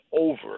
over